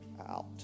out